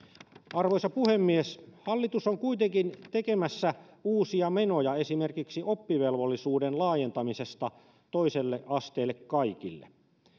arvoisa puhemies hallitus on kuitenkin tekemässä uusia menoja esimerkiksi oppivelvollisuuden laajentamisesta toiselle asteelle kaikille